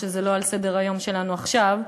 שלא הוא על סדר-היום שלנו עכשיו,